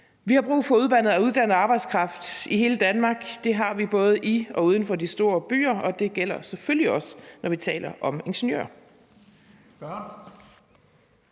Vi har brug for at uddanne arbejdskraft i hele Danmark, det har vi både i og uden for de store byer, og det gælder selvfølgelig også, når vi taler om ingeniører.